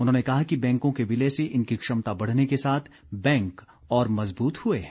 उन्होंने कहा कि बैंकों के विलय से इनकी क्षमता बढ़ने के साथ बैंक और मजबूत हुए हैं